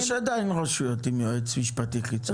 יש עדיין רשויות עם יועץ משפטי חיצוני.